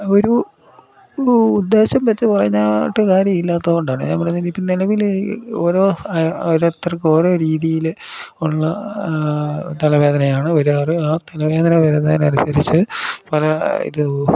ഒരു ഉദ്ദേശം വെച്ച് പറഞ്ഞാട്ട് കാര്യമില്ലാത്ത കൊണ്ടാണ് ഞാൻ പറഞ്ഞില്ലേ ഇപ്പം നിലവിൽ ഓരോ ഓരോരുത്തർക്ക് ഓരോ രീതിയിൽ ഉള്ള തലവേദനയാണ് വരാറ് ആ തലവേദന വരുന്നത് അനുസരിച്ച് പല ഇത്